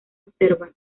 observa